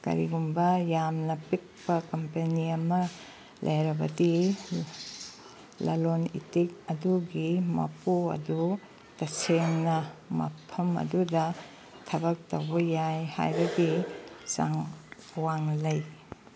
ꯀꯔꯤꯒꯨꯝꯕ ꯌꯥꯝꯅ ꯄꯤꯛꯄ ꯀꯝꯄꯅꯤ ꯑꯃ ꯂꯩꯔꯕꯗꯤ ꯂꯂꯣꯟ ꯏꯇꯤꯛ ꯑꯗꯨꯒꯤ ꯃꯄꯨ ꯑꯗꯨ ꯇꯁꯦꯡꯅ ꯃꯐꯝ ꯑꯗꯨꯗ ꯊꯕꯛ ꯇꯧꯕ ꯌꯥꯏ ꯍꯥꯏꯕꯒꯤ ꯆꯥꯡ ꯋꯥꯡꯅ ꯂꯩ